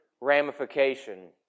ramification